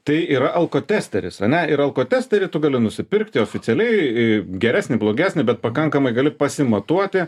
tai yra alkotesteris ane ir alkotesterį tu gali nusipirkti oficialiai geresnį blogesnį bet pakankamai gali pasimatuoti